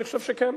אני חושב שכן.